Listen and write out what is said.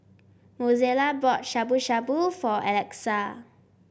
Mozella bought Shabu Shabu for Alexa